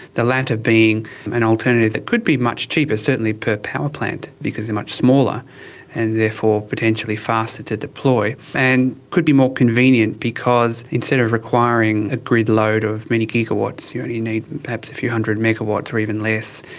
the latter being an alternative that could be much cheaper, certainly per power plant because they are much smaller and therefore potentially faster to deploy, and could be more convenient because instead of requiring a grid load of many gigawatts, you only need perhaps a few hundred megawatts or even less.